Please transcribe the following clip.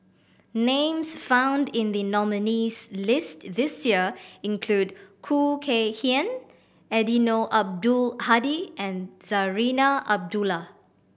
names found in the nominees' list this year include Khoo Kay Hian Eddino Abdul Hadi and Zarinah Abdullah